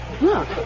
Look